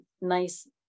nice